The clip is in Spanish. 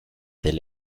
del